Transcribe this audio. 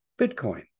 Bitcoin